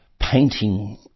painting